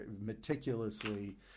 meticulously